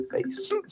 face